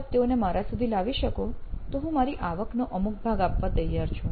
જો આપ તેઓને મારા સુધી લાવી શકો તો હું મારી આવકનો અમુક ભાગ આપવા તૈયાર છું